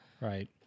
Right